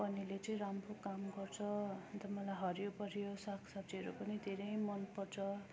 पनिरले चाहिँ राम्रो काम गर्छ मलाई हरियो परियो सागसब्जीहरू पनि धेरै मनपर्छ